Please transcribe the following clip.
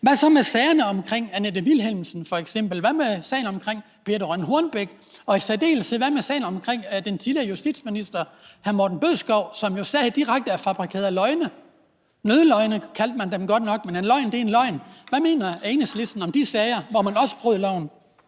Hvad så med sagen omkring Annette Vilhelmsen f.eks.? Hvad med sagen omkring Birthe Rønn Hornbech? Og – i særdeleshed – hvad med sagen omkring den tidligere justitsminister hr. Morten Bødskov, som jo sad direkte og fabrikerede løgne? »Nødløgne» kaldte man dem godt nok, men en løgn er en løgn. Hvad mener Enhedslisten om de sager, hvor man også brød loven?